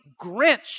Grinch